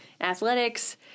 athletics